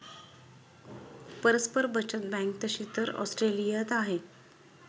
परस्पर बचत बँक तशी तर ऑस्ट्रेलियात आहे